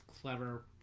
clever